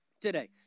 today